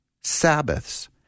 Sabbaths